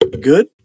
Good